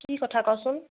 কি কথা ক'চোন